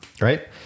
right